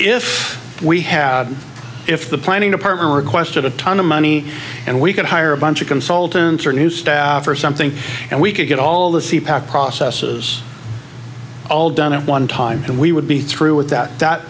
if we had if the planning department requested a ton of money and we could hire a bunch of consultants or new staff or something and we could get all the sea power processes all done at one time and we would be through with that